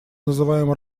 называем